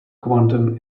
quantum